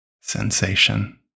sensation